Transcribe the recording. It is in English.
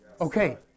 Okay